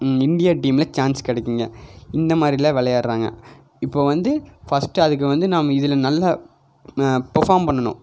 India டீமில் chance கிடைக்கும்ங்க இந்த மாதிரிலாம் விளையாட்றாங்க இப்போ வந்து ஃபஸ்ட்டு அதுக்கு வந்து நாம் இதில் நல்லா பெர்ஃபாம் பண்ணணும்